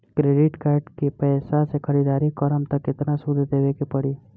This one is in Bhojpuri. क्रेडिट कार्ड के पैसा से ख़रीदारी करम त केतना सूद देवे के पड़ी?